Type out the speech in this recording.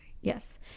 yes